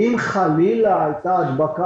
אני מעריך שאם חלילה הייתה הדבקה